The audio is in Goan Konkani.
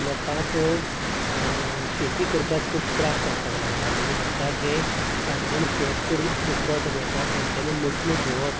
लोकांक शेती करपाक खूब त्रास जावपाक लागला म्हणजे लोकांक जे सादारण शेत करून आपलें पोट भरता तांच्यानी मशिनां घेवप